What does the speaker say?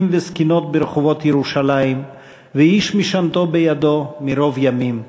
וזקנות ברחֹבות ירושלם ואיש משענתו בידו מרֹב ימים,